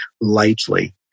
lightly